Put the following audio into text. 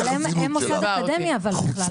אבל הם מוסד אקדמי בכלל,